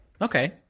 okay